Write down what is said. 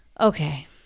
Okay